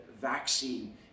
vaccine